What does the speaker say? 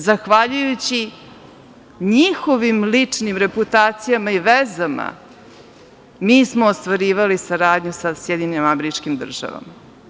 Zahvaljujući njihovim ličnim reputacijama i vezama mi smo ostvarivali saradnju sa SAD.